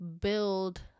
build